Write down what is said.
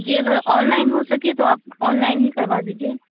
جی اگر online ہو سکے تو آپ آن لائن ہی کروا دیجیے